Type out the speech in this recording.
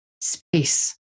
space